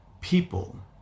people